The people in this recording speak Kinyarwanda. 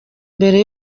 mbere